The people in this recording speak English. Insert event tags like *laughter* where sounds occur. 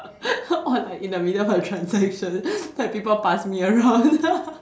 *laughs* or like in the middle of transaction then people pass me around